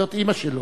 זאת אמא שלו.